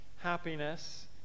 happiness